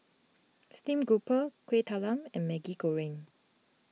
Steamed Grouper Kueh Talam and Maggi Goreng